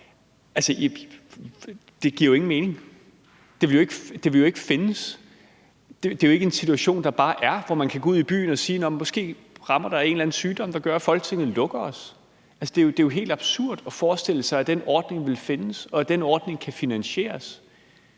for, giver jo ingen mening. Det vil jo ikke findes, det er jo ikke en situation, der bare er der, altså hvor man kan gå ud i byen og sige: Måske rammer der en eller anden sygdom, der gør, at Folketinget lukker os. Det er jo helt absurd at forestille sig, at den ordning ville findes, og at den ordning kan finansieres.